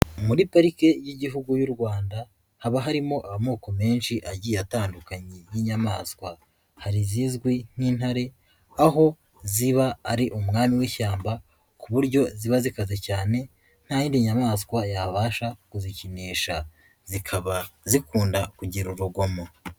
Muri parike y'Igihugu y'u Rwanda haba harimo amoko menshi agiye atandukanye y'inyamaswa, hari izizwi nk'Intare aho ziba ari umwami w'ishyamba ku buryo ziba zikaze cyane nta yindi nyamaswa yabasha kuzikinisha, zikaba zikunda kugira urugomo.